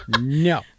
No